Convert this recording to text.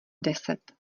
deset